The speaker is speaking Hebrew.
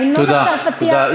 ההמנון הצרפתי, תודה, תודה.